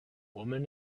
woman